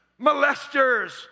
molesters